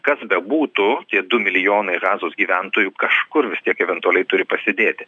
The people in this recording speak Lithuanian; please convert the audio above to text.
kas bebūtų tie du milijonai hazos gyventojų kažkur vis tiek eventualiai turi prasidėti